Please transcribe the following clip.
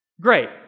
Great